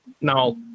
No